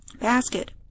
basket